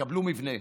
תקבלו מבנה,